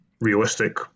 realistic